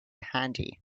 handy